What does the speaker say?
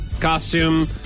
costume